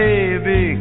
Baby